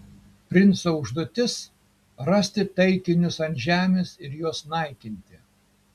princo užduotis rasti taikinius ant žemės ir juos naikinti